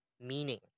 meaning